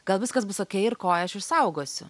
gal viskas bus okei ir koją aš išsaugosiu